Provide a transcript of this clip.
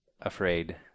afraid